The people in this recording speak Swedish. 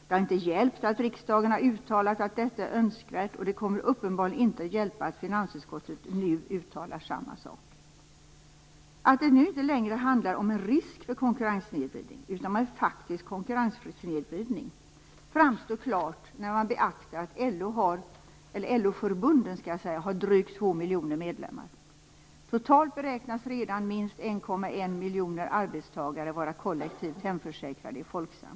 Det har inte hjälpt att riksdagen har uttalat att detta är önskvärt, och det kommer uppenbarligen inte att hjälpa att också finansutskottet nu uttalar samma sak. Att det nu inte längre handlar om en risk för konkurrenssnedvridning utan om en faktisk konkurrenssnedvridning framstår klart när man beaktar att LO förbunden har drygt två miljoner medlemmar. Totalt beräknas redan minst 1,1 miljoner arbetstagare vara kollektivt hemförsäkrade i Folksam.